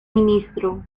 ministro